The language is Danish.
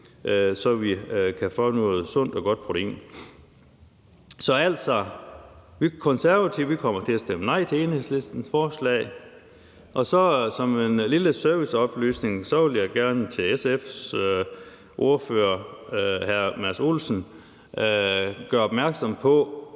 så vi kan få noget sundt og godt protein. Vi konservative kommer altså til at stemme nej til Enhedslistens forslag, og som en lille serviceoplysning vil jeg gerne gøre SF's ordfører, hr. Mads Olsen, opmærksom på,